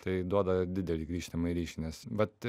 tai duoda didelį grįžtamąjį ryšį nes vat